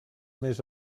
més